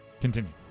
Continue